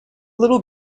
little